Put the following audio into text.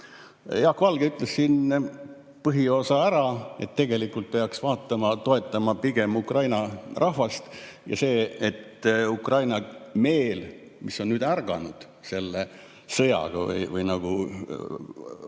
Jaak Valge ütles põhiosa ära, et tegelikult peaks toetama pigem Ukraina rahvast ja Ukraina meelt, mis on ärganud selle sõjaga või nagu